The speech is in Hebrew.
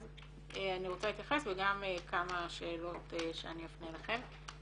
אני רוצה להתייחס וגם כמה שאלות שאני אפנה אליכם.